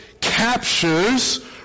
captures